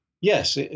yes